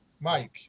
Mike